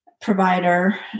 provider